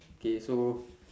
K so